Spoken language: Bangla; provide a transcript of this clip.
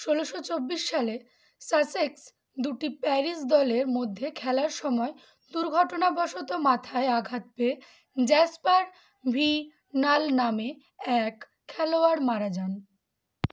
ষোলোশো চব্বিশ সালে সাসেক্স দুটি প্যারিস দলের মধ্যে খেলার সময় দুর্ঘটনাাবশত মাথায় আঘাত পেয়ে জ্যাস্পার ভি নাল নামে এক খেলোয়াড় মারা যান